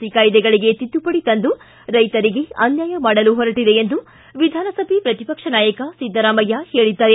C ಕಾಯ್ದೆಗಳಿಗೆ ತಿದ್ದುಪಡಿ ತಂದು ರೈಸರಿಗೆ ಅನ್ವಾಯ ಮಾಡಲು ಹೊರಟಿದೆ ಎಂದು ವಿಧಾನಸಭೆ ಪ್ರತಿಪಕ್ಷ ನಾಯಕ ಸಿದ್ದರಾಮಯ್ಯ ಹೇಳಿದ್ದಾರೆ